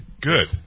Good